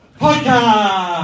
Podcast